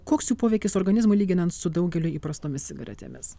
koks jų poveikis organizmui lyginant su daugeliui įprastomis cigaretėmis